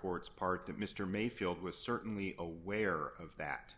court's part that mr mayfield was certainly aware of that